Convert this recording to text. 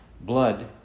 blood